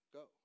go